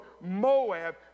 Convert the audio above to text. Moab